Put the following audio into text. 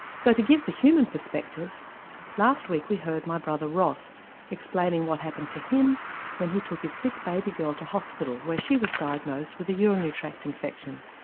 so to give the human perspective last week we heard my brother ross explaining what happened to him when he took his sick baby girl to hospital where she was diagnosed with a urinary tract infection.